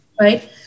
right